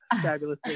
Fabulous